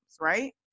right